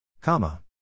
Comma